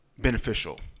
beneficial